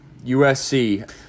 USC